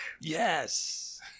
Yes